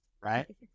right